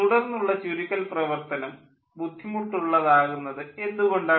തുടർന്നുള്ള ചുരുക്കൽ പ്രവർത്തനം ബുദ്ധിമുട്ടുള്ളതാകുന്നത് എന്തുകൊണ്ടാണ്